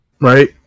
Right